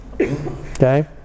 Okay